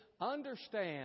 Understand